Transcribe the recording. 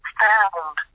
found